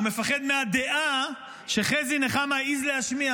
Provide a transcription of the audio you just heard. הוא מפחד מהדעה שחזי נחמה העז להשמיע,